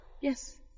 Yes